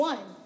One